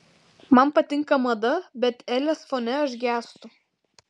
man patinka mada bet elės fone aš gęstu